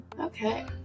Okay